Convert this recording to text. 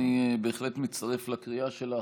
ואני בהחלט מצטרף לקריאה שלך.